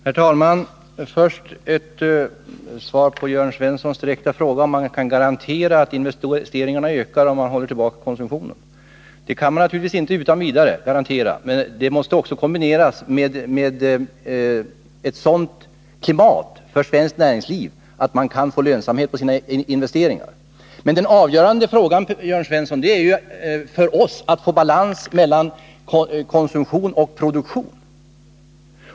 Herr talman! Först ett svar på Jörn Svenssons direkta fråga om man kan garantera att investeringarna ökar om konsumtionen hålls tillbaka. Det kan man naturligtvis inte utan vidare garantera. Det måste också kombineras med ett sådant klimat för svenskt näringsliv att man kan få lönsamhet på sina tiska åtgärder tiska åtgärder investeringar. Den avgörande frågan för oss, Jörn Svensson, är emellertid att få balans mellan konsumtion och produktion.